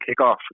kickoff